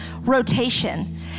rotation